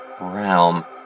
Realm